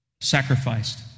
sacrificed